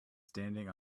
standing